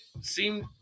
seemed